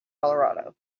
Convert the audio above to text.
colorado